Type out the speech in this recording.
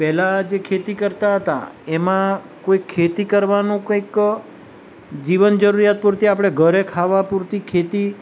પહેલાં જે ખેતી કરતા હતા એમાં કોઈ ખેતી કરવાનું કંઈક જીવન જરૂરિયાત પૂરતી આપણે ઘરે ખાવા પૂરતી ખેતી